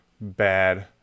bad